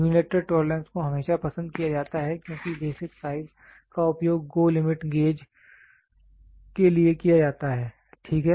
unilateral tolerance को हमेशा पसंद किया जाता है क्योंकि बेसिक साइज का उपयोग GO लिमिट गेज के लिए किया जाता है ठीक है